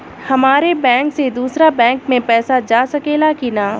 हमारे बैंक से दूसरा बैंक में पैसा जा सकेला की ना?